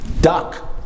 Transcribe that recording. Duck